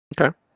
Okay